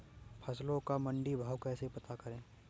फसलों का मंडी भाव कैसे पता करें?